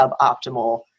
suboptimal